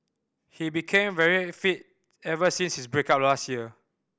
he became very fit ever since his break up last year